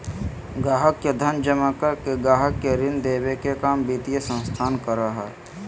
गाहक़ के धन जमा रख के गाहक़ के ऋण देबे के काम वित्तीय संस्थान करो हय